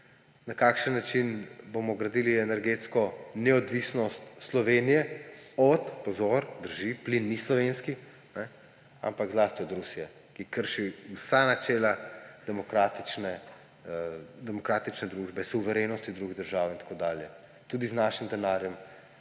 na kakšen način bomo gradili energetsko neodvisnost Slovenije od – pozor, drži, plin ni slovenski – zlasti od Rusije, ki krši vsa načela demokratične družbe, suverenost drugih držav in tako dalje. Tudi z našim denarjem,